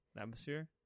atmosphere